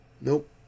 nope